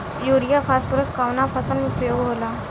Urea phosphorus कवना फ़सल में उपयोग होला?